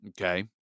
Okay